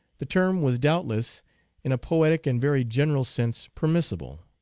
the term was doubtless in a poetic and very general sense permissible.